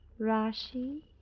Rashi